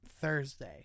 Thursday